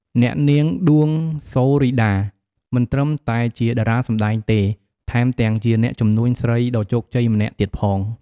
អ្នកនាង ដួង ហ្សូរីដា មិនត្រឹមតែជាតារាសម្តែងទេ ថែមទាំងជាអ្នកជំនួញស្រីដ៏ជោគជ័យម្នាក់ទៀតផង។